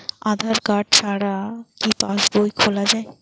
আধার card ছাড়া কি পাসবই খোলা যায়?